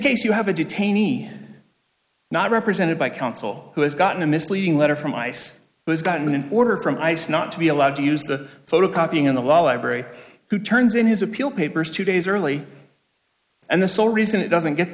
case you have a detainee not represented by counsel who has gotten a misleading letter from ice has gotten an order from ice not to be allowed to use the photocopying in the law library who turns in his appeal papers two days early and the sole reason it doesn't get